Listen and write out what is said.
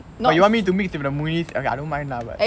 oh you want me to mix with the movies okay I don't mind lah but